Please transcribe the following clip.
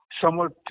somewhat